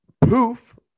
Poof